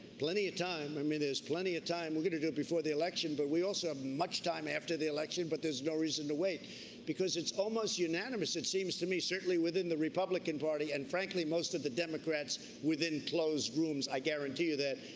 plenty of time. i mean, there's plenty of time. we're going to do it before the election but we also have much time after the election but there's no reason to wait because it's almost unanimous, it seems to me, certainly within the republican party and frankly most of the democrats within closed rooms, i guarantee you that.